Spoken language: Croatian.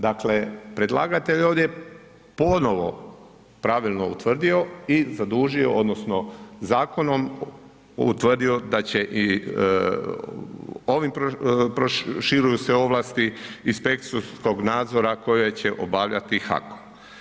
Dakle, predlagatelj je ovdje ponovo pravilno utvrdio i zadužio odnosno zakonom utvrdio da će i ovim proširuju se ovlasti inspekcijskog nadzora koje će obavljati HAKOM.